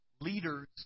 leaders